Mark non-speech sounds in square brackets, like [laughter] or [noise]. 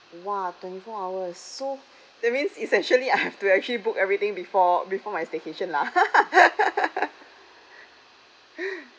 !wah! twenty four hours so that means essentially I have to actually book everything before before my staycation lah [laughs]